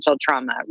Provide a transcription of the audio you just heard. trauma